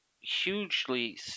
hugely